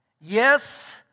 Yes